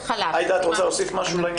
עאידה, את רוצה להוסיף משהו לעניין הזה?